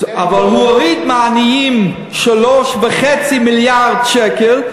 אבל הוא הוריד מהעניים 3.5 מיליארד שקל,